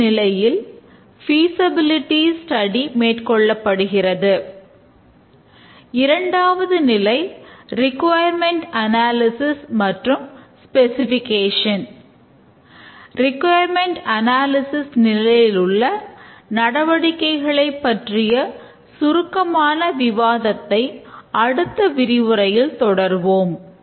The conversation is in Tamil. முதல் நிலையில் ஃபிசபிலிடிஸ்டடி நிலையிலுள்ள நடவடிக்கைகளைப் பற்றிய சுருக்கமான விவாதத்தை அடுத்த விரிவுரையில் தொடர்வோம்